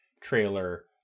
trailer